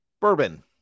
bourbon